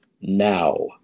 now